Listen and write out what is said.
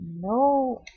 no